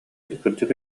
кырдьык